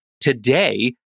Today